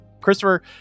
Christopher